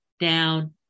down